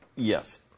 Yes